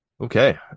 Okay